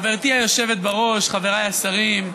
חברתי היושבת-בראש, חבריי השרים,